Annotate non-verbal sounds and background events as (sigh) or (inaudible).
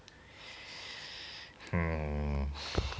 (breath)